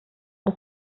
das